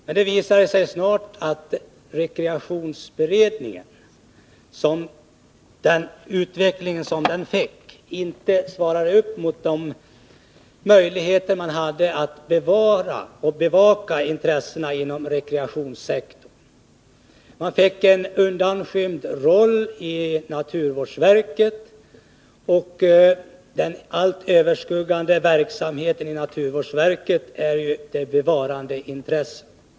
Men det visade sig snart att rekreationsberedningen, så som den utvecklades, inte svarade mot de möjligheter som fanns när det gällde att bevara och bevaka intressena inom rekreationssektorn. Man fick en undanskymd plats inom naturvårdsverket. Den allt överskuggande verksamheten inom detta verk avser ju bevarandeintressena.